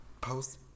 post